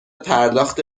پرداخت